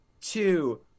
two